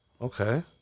okay